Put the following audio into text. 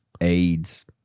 AIDS